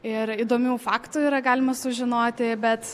ir įdomių faktų yra galima sužinoti bet